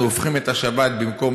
אנחנו הופכים את השבת, במקום